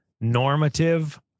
normative